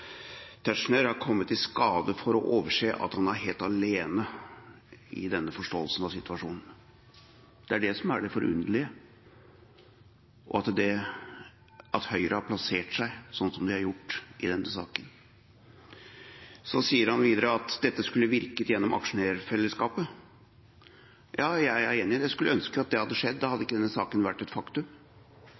Tetzschner har kommet i skade for å overse at han er helt alene i denne forståelsen av situasjonen. Det er det at Høyre har plassert seg som de har gjort i denne saken, som er det forunderlige. Så sier han videre at dette skulle ha virket gjennom aksjonærfellesskapet. Ja, jeg er enig i det. Jeg skulle ønske at det hadde skjedd. Da hadde ikke denne saken vært et faktum.